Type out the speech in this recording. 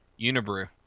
Unibrew